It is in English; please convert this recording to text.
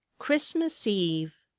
christmas eve!